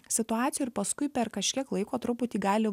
situacijoj ir paskui per kažkiek laiko truputį gali